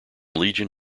legion